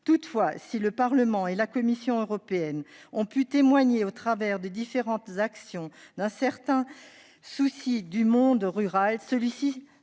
Toutefois, si le Parlement et la Commission européenne ont pu témoigner au travers de différentes actions d'un certain souci du monde rural, celui-ci